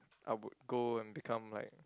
I would go and become like